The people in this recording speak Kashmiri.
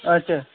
اچھا